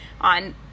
on